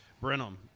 Brenham